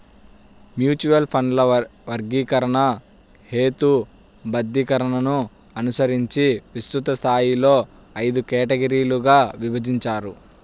mutual ఫండ్ల వర్గీకరణ, హేతుబద్ధీకరణను అనుసరించి విస్తృత స్థాయిలో ఐదు కేటగిరీలుగా విభజించారు